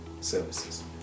services